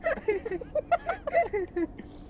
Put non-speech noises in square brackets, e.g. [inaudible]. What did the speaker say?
[laughs]